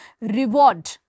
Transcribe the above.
reward